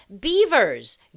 beavers